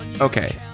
Okay